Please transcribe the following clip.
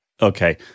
Okay